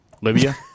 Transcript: Libya